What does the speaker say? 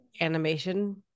animation